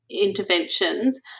interventions